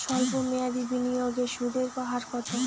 সল্প মেয়াদি বিনিয়োগে সুদের হার কত?